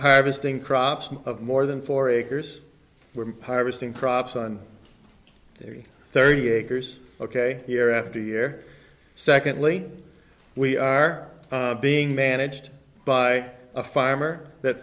harvesting crops of more than four acres we're harvesting crops on very thirty acres ok here after year secondly we are being managed by a farmer that